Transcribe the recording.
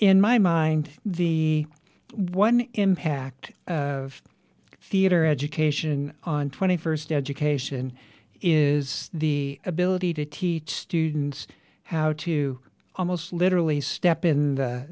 in my mind the one impact of theatre education on twenty first education is the ability to teach students how to almost literally step in the